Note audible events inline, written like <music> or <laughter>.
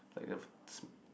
like the <noise>